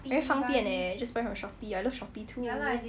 very 方便 eh just buy from shopee I love shopee too